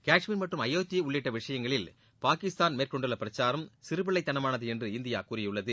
காஷ்மீர் மற்றும் அயோத்தி உள்ளிட்ட விஷயங்களில் பாகிஸ்தான் மேற்கொண்டுள்ள பிரசாரம் சிறு பிள்ளைத்தனமானது என்று இந்தியா கூறியுள்ளது